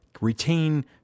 retain